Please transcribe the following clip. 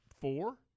Four